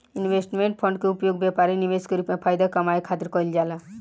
investment fund के उपयोग व्यापारी निवेश के रूप में फायदा कामये खातिर कईल जाला